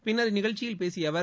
பிள்ளர் இந்நிகழ்ச்சியில் பேசிய அவர்